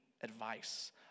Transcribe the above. advice